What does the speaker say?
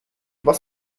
was